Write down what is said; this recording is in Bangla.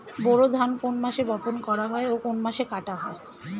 বোরো ধান কোন মাসে বপন করা হয় ও কোন মাসে কাটা হয়?